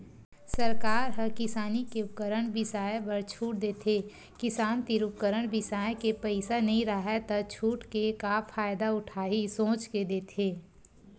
सरकार ह किसानी के उपकरन बिसाए बर छूट देथे किसान तीर उपकरन बिसाए के पइसा नइ राहय त छूट के का फायदा उठाही सोच के देथे